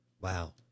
Wow